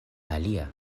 alia